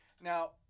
Now